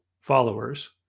followers